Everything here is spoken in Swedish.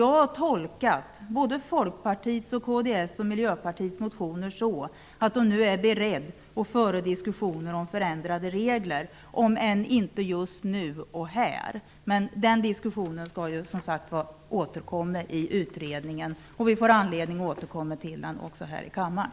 Jag har tolkat såväl Folkpartiets som kds och Miljöpartiets motioner så att dessa partier nu är beredda att föra diskussioner om förändrade regler, om än inte just nu och här. Diskussionen skall återkomma i utredningen, och vi får anledning att återkomma till den också här i kammaren.